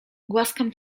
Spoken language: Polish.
głaskam